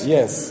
Yes